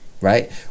Right